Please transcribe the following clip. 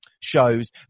shows